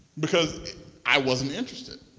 because i wasn't interested.